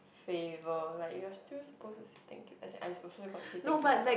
favour like you are still suppose to say thank you as in I also got say thank you one uh